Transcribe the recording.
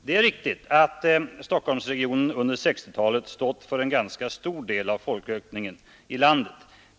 Det är riktigt att Stockholmsregionen under 1960-talet stått för en ganska stor del av folkökningen i landet.